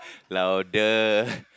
louder